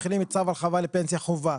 מחילים את צו ההרחבה לפנסיה חובה.